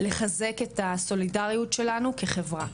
לחזק את הסולידריות שלנו כחברה.